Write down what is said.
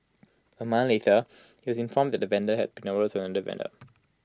A month later he was informed that the tender had been awarded to another vendor